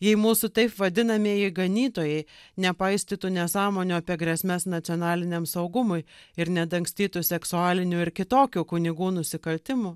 jei mūsų taip vadinamieji ganytojai nepaistytų nesąmonių apie grėsmes nacionaliniam saugumui ir nedangstytų seksualinių ir kitokių kunigų nusikaltimų